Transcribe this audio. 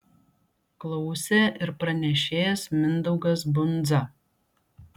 klausė ir pranešėjas mindaugas bundza